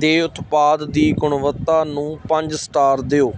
ਦੇ ਉਤਪਾਦ ਦੀ ਗੁਣਵੱਤਾ ਨੂੰ ਪੰਜ ਸਟਾਰ ਦਿਓ